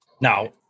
Now